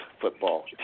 football